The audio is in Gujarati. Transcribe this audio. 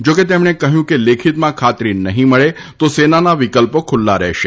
જો કે તેમણે કહ્યું હતું કે લેખિતમાં ખાતરી નહીં મળે તો સેનાના વિકલ્પો ખુલ્લા રહેશે